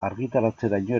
argitaratzeraino